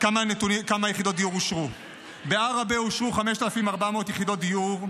כמה יחידות דיור אושרו: בעראבה אושרו 5,400 יחידות דיור,